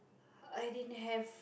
I didn't have